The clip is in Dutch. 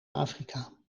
afrika